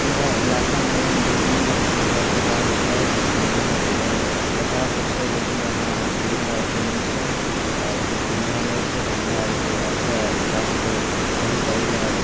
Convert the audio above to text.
हमरा इलाकामे दू तीन जगह अस्पताल छै जहिमे अस्पताल तऽ छै लेकिन वहाँ सुबिधा ओते नै छै सुबिधा नै छै तऽ हमरा आरके अच्छा स्वास्थ सही करै लऽ